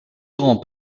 grand